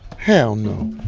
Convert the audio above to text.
hell no.